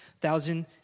thousand